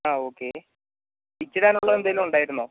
ആ okay stitch ഇടാനുള്ള എന്തെങ്കിലും ഉണ്ടായിരുന്നോ